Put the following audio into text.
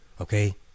Okay